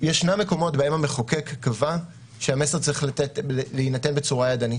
יש מקומות שבהם המחוקק קבע שהמסר צריך לניתן בצורה ידנית.